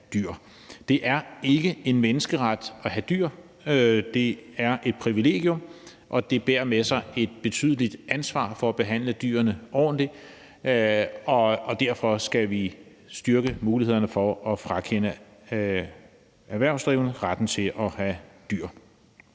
Det er ikke en menneskeret at have dyr. Det er et privilegium, og det medfører et betydeligt ansvar for at behandle dyrene ordentligt. Derfor skal vi styrke mulighederne for at frakende erhvervsdrivende retten til at have dyr.